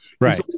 right